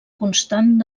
constant